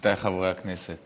עמיתיי חברי הכנסת,